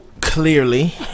clearly